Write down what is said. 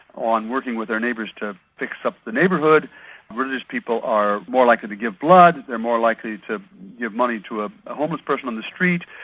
on working with their neighbours to fix up the neighbourhood religious people are more likely to give blood, they're more likely to give money to a homeless person on the street,